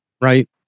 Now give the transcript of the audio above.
right